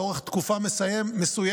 לאורך תקופה מסוימת,